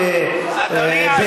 אבל זה לא עוד,